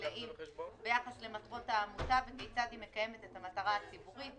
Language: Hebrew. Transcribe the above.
נתונים מלאים ביחס למטרות העמותה וכיצד היא מקיימת את המטרה הציבורית,